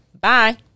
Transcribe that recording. Bye